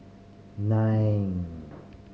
nine